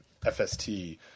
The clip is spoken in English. FST